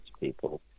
people